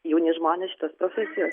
jauni žmonės šitos profesijos